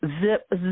Zip